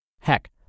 Heck